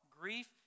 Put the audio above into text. Grief